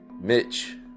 Mitch